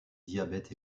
diabète